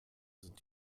sind